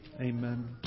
Amen